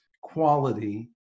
quality